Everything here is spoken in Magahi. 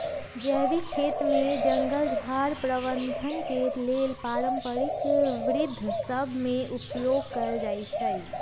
जैविक खेती में जङगल झार प्रबंधन के लेल पारंपरिक विद्ध सभ में उपयोग कएल जाइ छइ